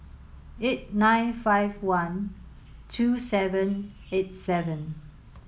eight nine five one two seven eight seven